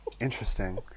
Interesting